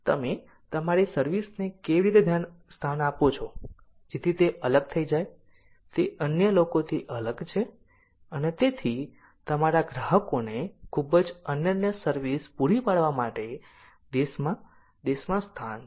તમે તમારી સર્વિસ ને કેવી રીતે સ્થાન આપો છો જેથી તે અલગ થઈ જાય તે અન્ય લોકોથી અલગ છે અને તેથી તમારા ગ્રાહકોને ખૂબ જ અનન્ય સર્વિસ પૂરી પાડવા માટે દેશમાં દેશમાં સ્થાન છે